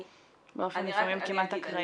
באופן לפעמים כמעט אקראי.